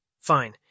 fine